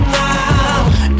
now